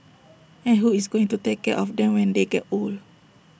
and who is going to take care of them when they get old